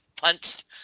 punched